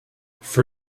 for